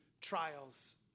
trials